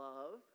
Love